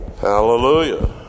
Hallelujah